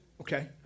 Okay